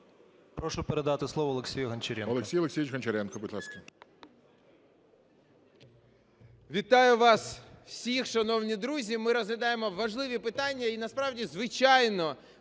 Прошу передати слово Олексію Гончаренку. ГОЛОВУЮЧИЙ. Олексій Олексійович Гончаренко, будь ласка.